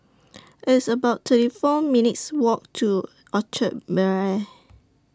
It's about thirty four minutes' Walk to Orchard Bel Air